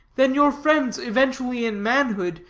than your friend's eventually, in manhood,